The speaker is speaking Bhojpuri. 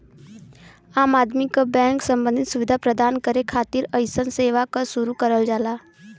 आम आदमी क बैंक सम्बन्धी सुविधा प्रदान करे खातिर अइसन सेवा क शुरू करल जाला